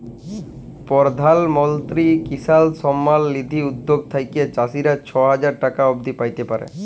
পরধাল মলত্রি কিসাল সম্মাল লিধি উদ্যগ থ্যাইকে চাষীরা ছ হাজার টাকা অব্দি প্যাইতে পারে